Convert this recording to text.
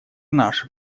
наша